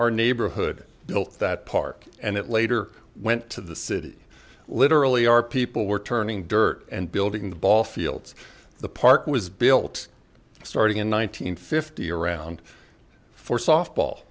our neighborhood built that park and it later went to the city literally our people were turning dirt and building the ball fields the park was built starting in one nine hundred fifty around four softball